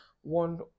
one